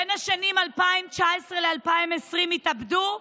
בין 2019 ל-2020 התאבדו,